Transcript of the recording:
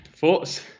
Thoughts